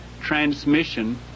transmission